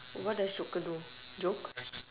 what does joker do joke